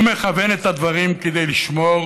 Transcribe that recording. הוא מכוון את הדברים כדי לשמור